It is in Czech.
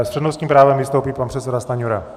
S přednostním právem vystoupí pan předseda Stanjura.